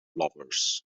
lovers